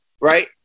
right